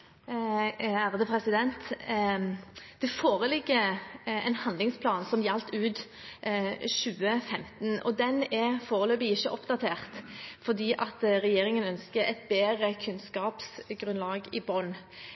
Det foreligger en handlingsplan som gjaldt ut 2015, og den er foreløpig ikke oppdatert fordi regjeringen ønsker et bedre kunnskapsgrunnlag i